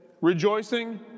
rejoicing